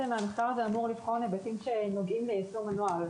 הוא אמור לבחון היבטים שנוגעים ליישום הנוהל,